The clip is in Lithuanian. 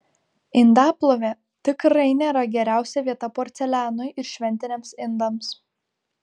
indaplovė tikrai nėra geriausia vieta porcelianui ir šventiniams indams